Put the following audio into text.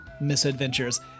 misadventures